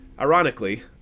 Ironically